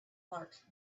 mark